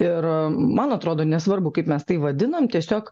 ir man atrodo nesvarbu kaip mes tai vadinam tiesiog